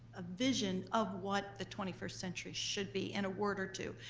a vision of what the twenty first century should be in a word or two,